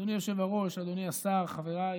אדוני היושב-ראש, אדוני השר, חבריי